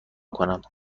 کنم